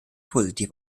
positiv